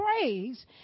praise